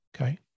Okay